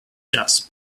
jazz